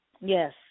Yes